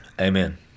Amen